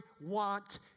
want